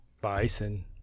bison